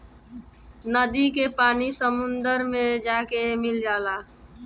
नदी के पानी समुंदर मे जाके मिल जाला